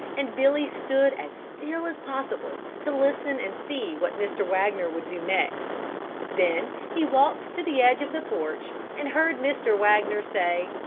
and billy stood as still as possible to listen and see what mr. wagner would do next then he walked to the edge of the porch, and heard mr. wagner say,